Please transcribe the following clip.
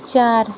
चार